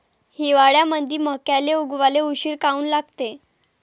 हिवाळ्यामंदी मक्याले उगवाले उशीर काऊन लागते?